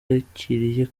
yakiriye